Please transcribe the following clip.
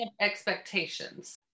expectations